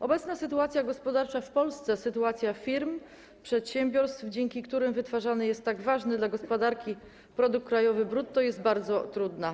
Obecna sytuacja gospodarcza w Polsce, sytuacja firm, przedsiębiorstw, dzięki którym wytwarzany jest tak ważny dla gospodarki produkt krajowy brutto, jest bardzo trudna.